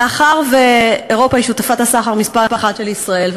מאחר שאירופה היא שותפת הסחר מספר אחת של ישראל,